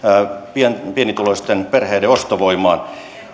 pienituloisten perheiden ostovoimalle